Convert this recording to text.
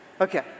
Okay